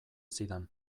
zidan